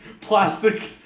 plastic